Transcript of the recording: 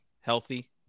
healthy